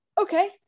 okay